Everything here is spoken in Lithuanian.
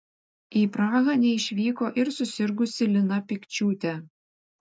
į prahą neišvyko ir susirgusi lina pikčiūtė